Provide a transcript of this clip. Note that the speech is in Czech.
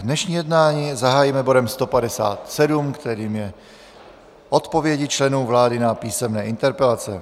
Dnešní jednání zahájíme bodem 157, kterým je odpovědi členů vlády na písemné interpelace.